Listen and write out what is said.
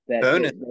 Bonus